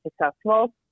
successful